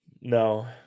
No